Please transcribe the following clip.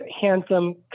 handsome